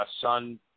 son